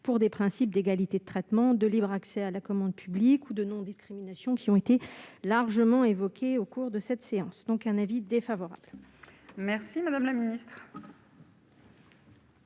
pour des principes d'égalité de traitement de libre accès à la commande publique ou de non-discrimination qui ont été largement évoqués au cours de cette séance, donc un avis défavorable. Merci madame la ministre.